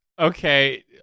Okay